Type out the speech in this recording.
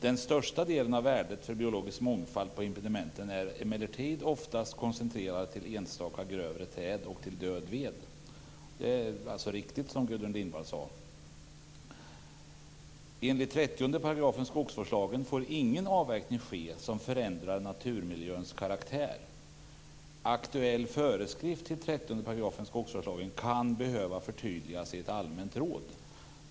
Den största delen av värdet för biologisk mångfald på impedimenten är emellertid oftast koncentrerad till enstaka grövre träd och till död ved. Vad Gudrun Lindvall nyss sade är alltså riktigt. Vidare står det så här: Enligt 30 § skogsvårdslagen får ingen avverkning ske som förändrar naturmiljöns karaktär. Aktuell föreskrift till 30 § skogsvårdslagen kan behöva förtydligas i ett allmänt råd.